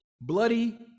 bloody